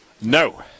No